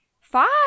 Five